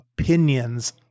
opinions